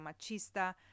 machista